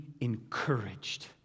encouraged